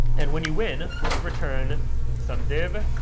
and when you win, let's return some div.